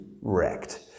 wrecked